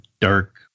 dark